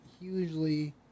hugely